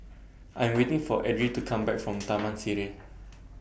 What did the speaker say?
I Am waiting For Edrie to Come Back from Taman Sireh